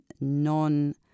non-